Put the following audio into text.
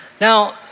Now